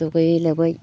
दुगैयै लोबै